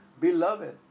Beloved